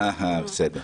בסדר.